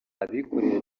abikorera